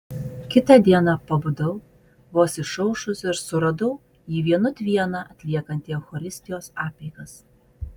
kitą dieną pabudau vos išaušus ir suradau jį vienut vieną atliekantį eucharistijos apeigas